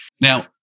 now